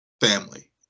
family